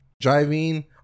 driving